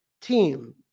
team